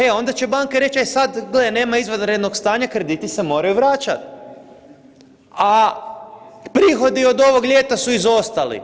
E onda će banke reći e sad, gle, nema izvanrednog stanja, krediti se moraju vraćati, a prihodi od ovog ljeta su izostali.